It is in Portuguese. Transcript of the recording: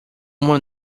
uma